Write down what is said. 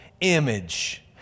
image